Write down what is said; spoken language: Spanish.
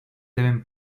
deben